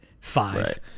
five